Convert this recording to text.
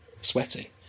sweaty